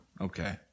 Okay